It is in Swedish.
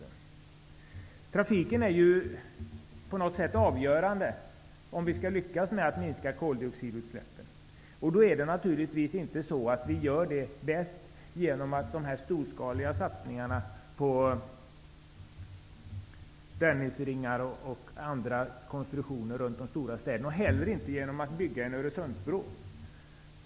En minskning av trafiken är på något sätt avgörande för att vi skall lyckas med att minska koldioxidutsläppen. Detta gör man inte bäst genom de storskaliga satsningarna på Dennisleder och andra konstruktioner runt de stora städerna och inte heller genom att bygga Öresundsbron.